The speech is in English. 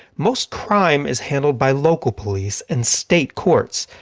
most crime is handled by local police and state courts.